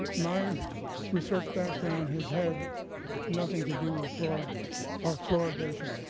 my research background has had nothing to do with fluoride or fluoridation.